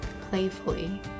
playfully